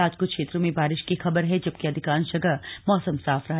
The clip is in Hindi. आज कुछ क्षेत्रों में बारिश की खबर है जबकि अधिकांश जगह मौसम साफ रहा